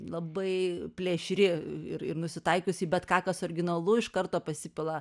labai plėšri ir ir nusitaikiusi į bet ką kas originalu iš karto pasipila